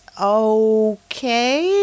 okay